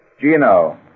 Gino